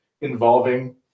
involving